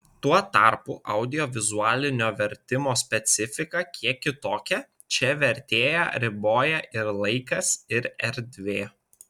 tuo tarpu audiovizualinio vertimo specifika kiek kitokia čia vertėją riboja ir laikas ir erdvė